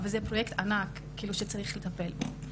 וזה פרויקט ענק שצריך לטפל בו.